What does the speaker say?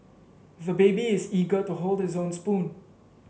the baby is eager to hold this own spoon